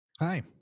Hi